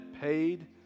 paid